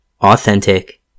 authentic